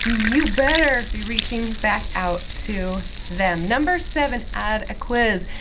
you better be reaching back out to them. number seven, add a quiz.